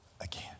again